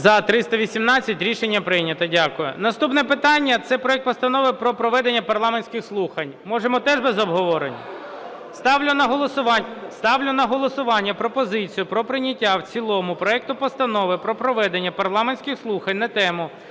За-318 Рішення прийнято. Дякую. Наступне питання – це проект Постанови про проведення парламентських слухань. Можемо теж обговорень? Ставлю на голосування пропозицію про прийняття в цілому проекту Постанови про проведення парламентських слухань на тему: